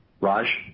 Raj